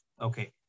okay